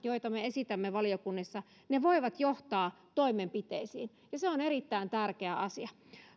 joita me esitämme valiokunnissa voivat johtaa toimenpiteisiin ja se on erittäin tärkeä asia